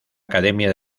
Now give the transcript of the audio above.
academia